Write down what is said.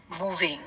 Moving